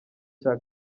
cya